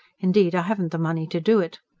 indeed, i haven't the money to do it.